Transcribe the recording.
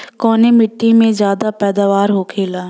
कवने मिट्टी में ज्यादा पैदावार होखेला?